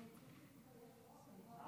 כנסת נכבדה,